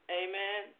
amen